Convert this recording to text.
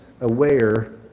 aware